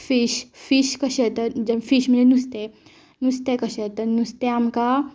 fish fish कशें तर fish म्हणजे नुस्तें नुस्तें कशें तर नुस्तें आमकां